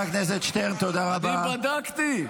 לתדהמתי,